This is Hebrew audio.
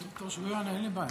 אתה רוצה שהוא יענה, אין לי בעיה.